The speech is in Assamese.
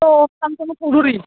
অঁ শান্তনু চৌধুৰী